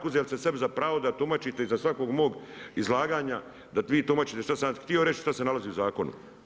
Uzeli ste sebi za pravo da tumačite iza svakog mog izlaganja, da vi tumačite šta sam ja htio reći šta se nalazi u zakonu.